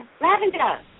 Lavender